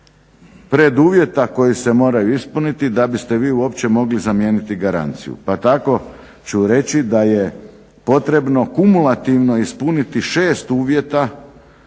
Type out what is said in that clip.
preduvjeta koji se moraju ispuniti da biste vi uopće mogli zamijeniti garanciju, pa tako ću reći da je potrebno kumulativno ispuniti 6 uvjeta